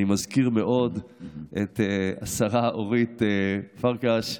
אני מזכיר מאוד את השרה אורית פרקש,